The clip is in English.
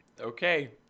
Okay